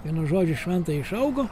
vienu žodžiu šventaji išaugo